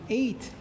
eight